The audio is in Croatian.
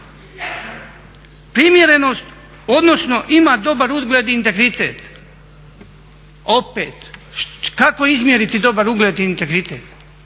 Primjerenost, odnosno ima dobar ugled i integritet. Opet, kako izmjeriti dobar ugled i integritet?